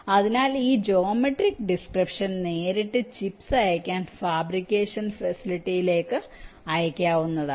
അതിനാൽ ഈ geometric description നേരിട്ട് ചിപ്സ് നിർമ്മിക്കാൻ ഫാബ്രിക്കേഷൻ ഫെസിലിറ്റിയിലേക്ക് അയയ്ക്കാവുന്നതാണ്